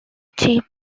chief